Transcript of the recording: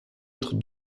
être